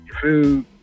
food